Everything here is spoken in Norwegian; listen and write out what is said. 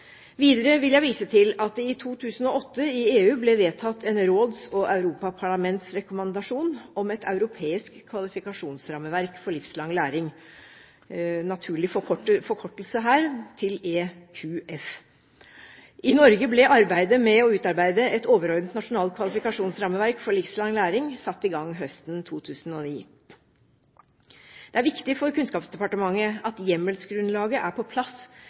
Videre vil jeg vise til at det i 2008 i EU ble vedtatt en råds- og europaparlamentsrekommandasjon om et europeisk kvalifikasjonsrammeverk for livslang læring, naturlig forkortet til EQF. I Norge ble arbeidet med å utarbeide et overordnet nasjonalt kvalifikasjonsrammeverk for livslang læring satt i gang høsten 2009. Det er viktig for Kunnskapsdepartementet at hjemmelsgrunnlaget er på plass